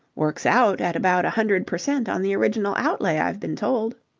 works out at about a hundred per cent on the original outlay, i've been told.